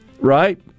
right